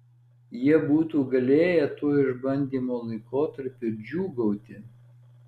jie būtų galėję tuo išbandymo laikotarpiu džiūgauti